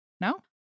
No